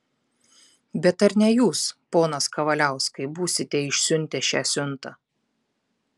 bet ar ne jūs ponas kavaliauskai būsite išsiuntę šią siuntą